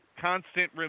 constant